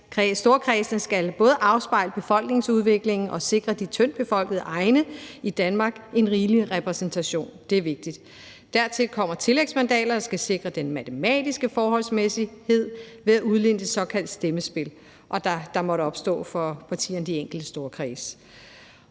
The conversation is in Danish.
storkredsene skal både afspejle befolkningsudviklingen og sikre de tyndt befolkede egne i Danmark en rigelig repræsentation. Det er vigtigt. Dertil kommer tillægsmandater, der skal sikre den matematiske forholdsmæssighed ved at udligne det såkaldte stemmespild, der måtte opstå for partierne i de enkelte storkredse.